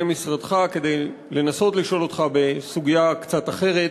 משרדך כדי לנסות ולשאול אותך בסוגיה קצת אחרת,